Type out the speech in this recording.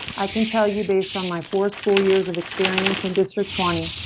i can tell you, based on my four school years of experience in district twenty.